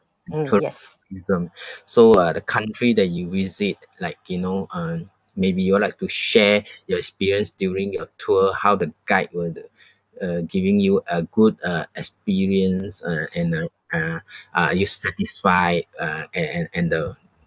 tourism so uh the country that you visit like you know uh maybe you would like to share your experience during your tour how the guide were the uh giving you a good uh experience uh and uh uh are you satisfied uh and and and the